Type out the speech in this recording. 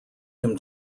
him